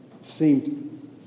seemed